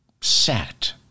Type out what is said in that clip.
sat